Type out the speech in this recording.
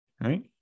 right